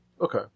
Okay